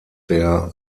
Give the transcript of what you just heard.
der